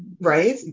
right